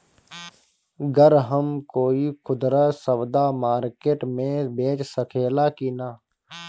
गर हम कोई खुदरा सवदा मारकेट मे बेच सखेला कि न?